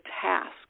task